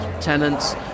tenants